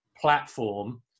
platform